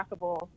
trackable